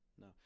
No